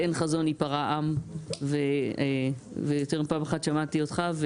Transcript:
באין חזון ייפרע עם, ויותר מפעם אחת שמעתי אותך,